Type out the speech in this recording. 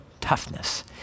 toughness